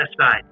aside